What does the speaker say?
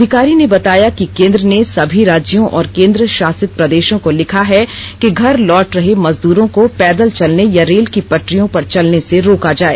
अधिकारी ने बताया कि केंद्र ने सभी राज्यों और केंद्र शासित प्रदेशों को लिखा है कि घर लौट रहे मजदूरों को पैदल चलने या रेल की पटरियों पर चलने से रोका जाए